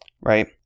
right